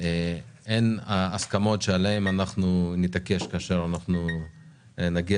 - הן ההסכמות עליהן אנחנו נתעקש כאשר נגיע